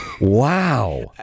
Wow